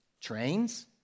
trains